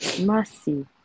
Mercy